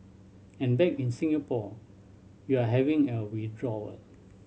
and back in Singapore you're having a withdrawal